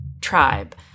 tribe